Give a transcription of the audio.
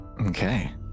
Okay